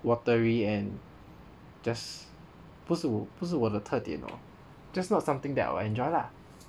watery and just 不是我不是我的特点 lor just not something that will enjoy lah